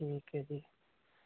ठीक ऐ जी